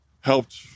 helped